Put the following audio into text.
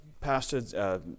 pastor